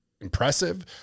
impressive